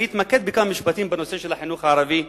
אני אתמקד בכמה משפטים בנושא החינוך הערבי,